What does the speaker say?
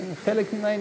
זה חלק מהעניין.